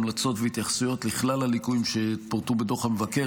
המלצות והתייחסויות לכלל הליקויים שפורטו בדוח המבקר,